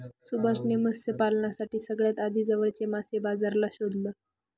सुभाष ने मत्स्य पालनासाठी सगळ्यात आधी जवळच्या मासे बाजाराला शोधलं